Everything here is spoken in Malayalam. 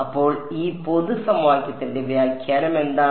അപ്പോൾ ഈ പൊതു സമവാക്യത്തിന്റെ വ്യാഖ്യാനം എന്താണ്